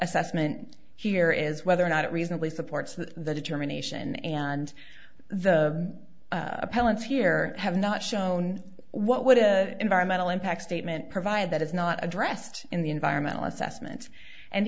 assessment here is whether or not it reasonably supports the determination and the appellant's here have not shown what would have environmental impact statement provided that is not addressed in the environmental assessment and